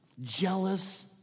jealous